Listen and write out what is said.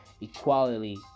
Equality